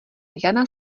jana